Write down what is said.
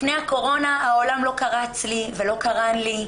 לפני הקורונה העולם לא קרץ לי ולא קרא לי.